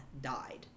died